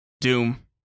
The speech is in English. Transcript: Doom